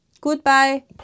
Goodbye